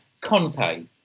Conte